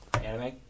Anime